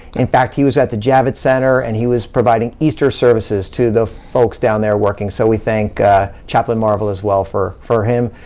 in fact, he was at the javits center, and he was providing easter services to the folks down there working, so we thank chaplain marvel, as well, for for him,